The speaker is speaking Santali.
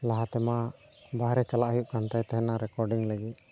ᱞᱟᱦᱟ ᱛᱮᱢᱟ ᱵᱟᱦᱨᱮ ᱪᱟᱞᱟᱜ ᱦᱩᱭᱩᱜ ᱠᱟᱱ ᱛᱟᱭ ᱛᱟᱦᱮᱱᱟ ᱨᱮᱠᱚᱰᱤᱝ ᱞᱟᱹᱜᱤᱫ